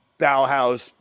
Bauhaus